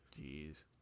Jeez